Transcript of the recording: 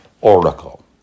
oracle